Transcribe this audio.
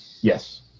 Yes